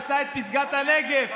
עשה את פסגת הנגב,